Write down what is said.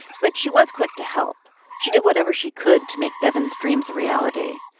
but she was quick to help. she did whatever she could to make devyn's dreams a reality.